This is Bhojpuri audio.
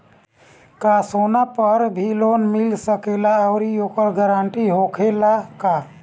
का सोना पर भी लोन मिल सकेला आउरी ओकर गारेंटी होखेला का?